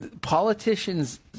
politicians